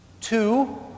Two